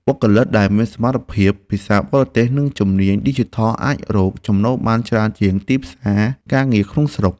បុគ្គលិកដែលមានសមត្ថភាពភាសាបរទេស និងជំនាញឌីជីថលអាចរកចំណូលបានច្រើនជាងទីផ្សារការងារក្នុងស្រុក។